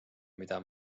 mida